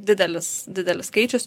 didelis didelis skaičius